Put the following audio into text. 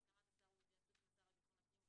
בהסכמת השר ובהתייעצות עם השר לביטחון הפנים,